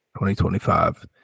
2025